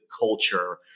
culture